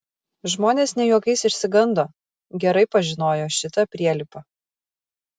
žmonės ne juokais išsigando gerai pažinojo šitą prielipą